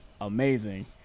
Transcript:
amazing